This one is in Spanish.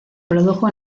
produjo